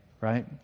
right